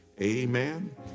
amen